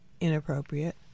inappropriate